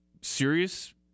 serious